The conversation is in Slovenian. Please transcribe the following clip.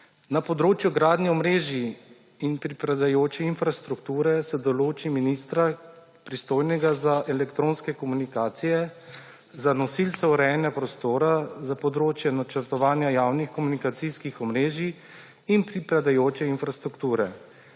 Na področju gradnje omrežij in pripadajoče infrastrukture se določi ministra, pristojnega za elektronske komunikacije, za nosilca urejanja prostora za področje načrtovanja javnih komunikacijskih omrežij in pripadajoče infrastrukture.